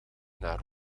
naar